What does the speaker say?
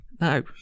No